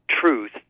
truth